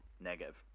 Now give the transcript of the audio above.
Negative